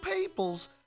peoples